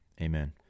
Amen